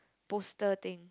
poster thing